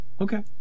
Okay